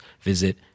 visit